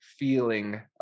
Feeling